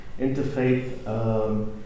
interfaith